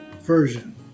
version